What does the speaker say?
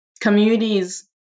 communities